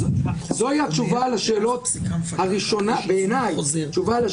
הרי הצגת פעמים רבות שבית המשפט לא מצליח לעשות את